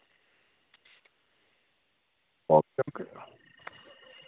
okay